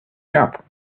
shop